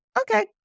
Okay